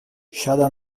siada